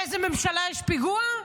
באיזו ממשלה יש פיגוע?